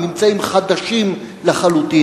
"ממצאים חדשים לחלוטין",